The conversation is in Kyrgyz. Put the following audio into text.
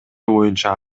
боюнча